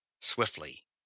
Swiftly